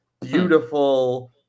beautiful